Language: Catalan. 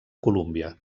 colúmbia